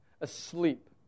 asleep